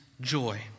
joy